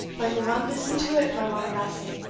but ye maun listen to it, my bonnie lassie,